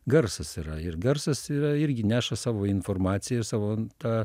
garsas yra ir garsas yra irgi neša savo informaciją ir savo tą